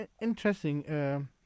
interesting